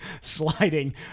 sliding